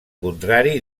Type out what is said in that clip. contrari